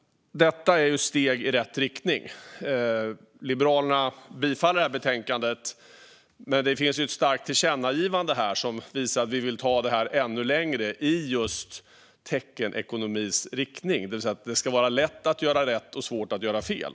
Detta är steg i rätt riktning. Liberalerna yrkar bifall till utskottets förslag. Men det finns ett starkt tillkännagivande som visar att vi vill ta detta ännu längre i just teckenekonomins riktning, det vill säga att det ska vara lätt att göra rätt och svårt att göra fel.